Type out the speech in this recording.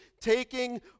taking